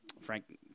Frank –